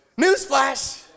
Newsflash